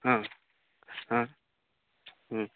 ହଁ ହଁ